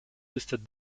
listed